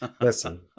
Listen